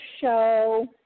show